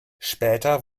später